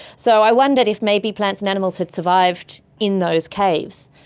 so i wondered if maybe plants and animals had survived in those caves.